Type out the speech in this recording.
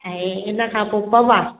ऐं इनखां पोइ पवा